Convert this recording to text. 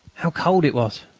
how cold it was!